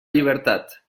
llibertat